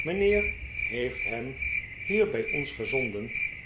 mijnheer heeft hem hier bij ons gezonden